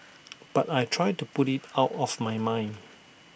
but I try to put IT out of my mind